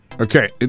Okay